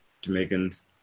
Jamaicans